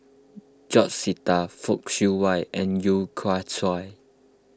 George Sita Fock Siew Wah and Yeo Kian Chai